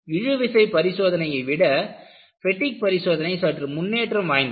இழுவிசை பரிசோதனையை விட பெட்டிக் பரிசோதனை சற்று முன்னேற்றம் வாய்ந்தது